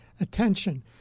attention